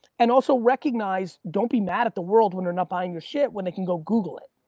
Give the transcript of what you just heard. and also recognize don't be mad at the world when they're not buying your shit when they can go google it.